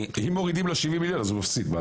אם מורידים לו 70 מיליון אז הוא מפסיד,